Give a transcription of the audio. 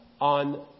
on